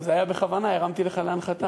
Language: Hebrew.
זה היה בכוונה, הרמתי לך להנחתה.